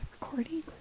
recording